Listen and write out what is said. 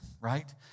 Right